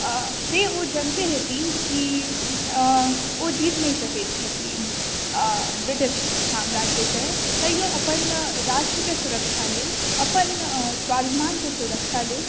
से ओ जनिते हेतीह कि ओ जीत नहि सकैत छथिन ब्रिटिश साम्राज्यसँ तैयो अपन राष्ट्रके सुरक्षा लेल अपन स्वाभिमानके सुरक्षा लेल